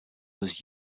was